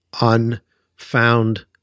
unfound